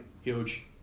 Huge